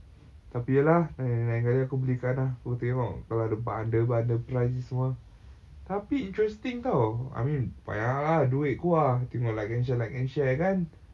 tapi iya lah lain kali aku belikan ah aku tengok kalau ada bundle bundle price tapi interesting [tau] I mean banyak lah duit keluar tengok like and share like and share